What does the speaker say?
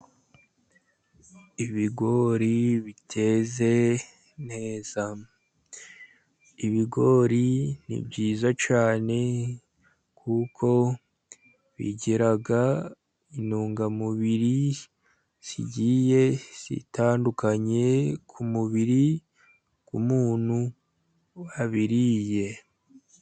Ibigori biteze neza, ibigori ni byiza cyane, kuko bigira intungamubiri zigiye zitandukanye ku mubiri w'umuntu wabiriye.